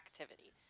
activity